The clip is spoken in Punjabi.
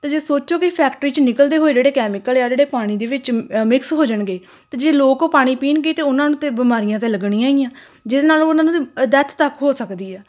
ਅਤੇ ਜੇ ਸੋਚੋ ਕਿ ਫੈਕਟਰੀ 'ਚ ਨਿਕਲਦੇ ਹੋਏ ਜਿਹੜੇ ਕੈਮੀਕਲ ਆ ਜਿਹੜੇ ਪਾਣੀ ਦੇ ਵਿੱਚ ਅ ਮਿਕਸ ਹੋ ਜਾਣਗੇ ਅਤੇ ਜੇ ਲੋਕ ਉਹ ਪਾਣੀ ਪੀਣਗੇ ਤਾਂ ਉਹਨਾਂ ਨੂੰ ਤਾਂ ਬਿਮਾਰੀਆਂ ਤਾਂ ਲੱਗਣੀਆਂ ਹੀ ਆ ਜਿਹਦੇ ਨਾਲ ਉਹਨਾਂ ਨੂੰ ਤਾਂ ਡੈਥ ਤੱਕ ਹੋ ਸਕਦੀ ਹੈ